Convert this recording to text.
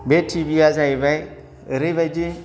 बे टिभिया जाहैबाय ओरैबायदि